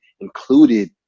included